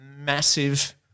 massive